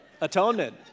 atonement